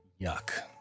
yuck